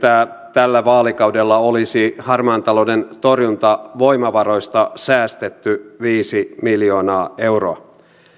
tällä vaalikaudella olisi harmaan talouden torjuntavoimavaroista säästetty viisi miljoonaa euroa